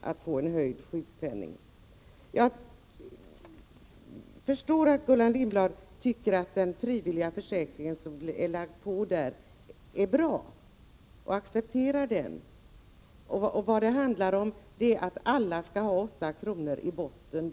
att få en höjd sjukpenning. Jag förstår att Gullan Lindblad tycker att den frivilliga försäkringen är bra och accepterar den. Vad det handlar om är att alla skall ha 8 kr. i botten.